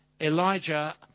Elijah